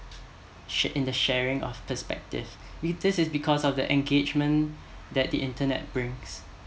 shar~ in the sharing of the perspective this is because of the engagement that the internet brings